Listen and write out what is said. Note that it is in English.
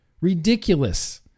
Ridiculous